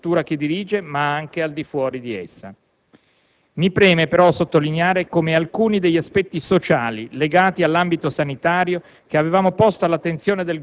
non solo all'interno della struttura che dirige ma anche al di fuori di essa. Mi preme però sottolineare come alcuni degli aspetti sociali legati all'ambito sanitario